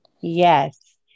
Yes